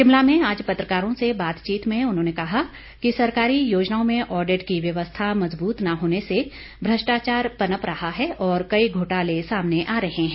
शिमला में आज पत्रकारों से बातचीत में उन्होंने कहा कि सरकारी योजनाओं में ऑडिट की व्यवस्था मजबूत न होने से भ्रष्टाचार पनप रहा है और कई घोटाले सामने आ रहे हैं